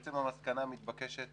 ובעצם המסקנה המתבקשת